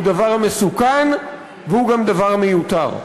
הוא דבר מסוכן והוא גם דבר מיותר.